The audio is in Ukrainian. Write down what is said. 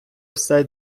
все